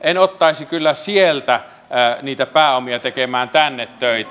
en ottaisi kyllä sieltä niitä pääomia tekemään tänne töitä